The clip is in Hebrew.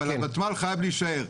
אבל הוותמ"ל חייב להישאר.